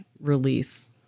release